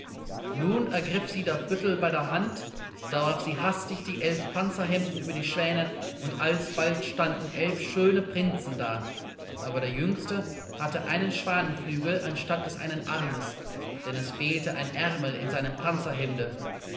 nun ergriff sie der büttel bei der hand da warf sie hastig die elf panzerhemden über die schwäne und alsbald standen elf schöne prinzen da aber der jüngste hatte einen schwanenflügel anstatt des einen armes denn es fehlte ein ärmel in seinem